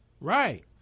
Right